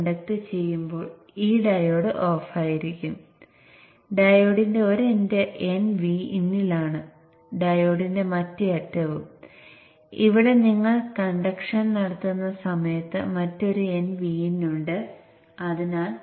non dot end സൈഡിൽ Vin positive ആകും